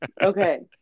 Okay